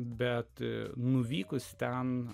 bet nuvykus ten